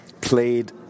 played